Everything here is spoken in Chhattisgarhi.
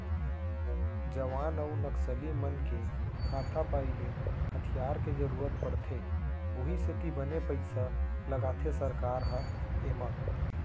जवान अउ नक्सली मन के हाथापाई ले हथियार के जरुरत पड़थे उहीं सेती बने पइसा लगाथे सरकार ह एमा